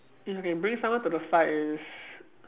if you can bring someone to the fight is